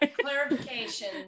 clarification